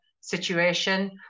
situation